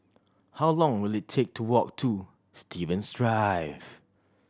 how long will it take to walk to Stevens Drive